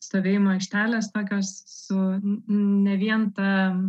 stovėjimo aikštelės tokios su ne vien ta